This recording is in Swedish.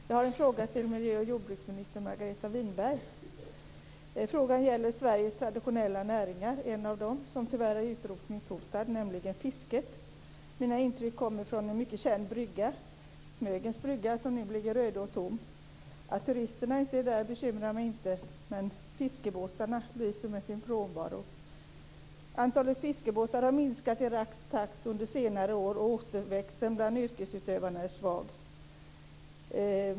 Fru talman! Jag har en fråga till miljö och jordbruksminister Margareta Winberg. Frågan gäller en av Sveriges traditionella näringar, som tyvärr är utrotningshotad, nämligen fisket. Mina intryck kommer från en mycket känd brygga, Smögens brygga, som nu ligger öde och tom. Att turisterna inte är där bekymrar mig inte, men fiskebåtarna lyser med sin frånvaro. Antalet fiskebåtar har minskat i rask takt under senare år, och återväxten bland yrkesutövarna är svag.